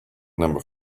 number